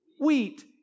wheat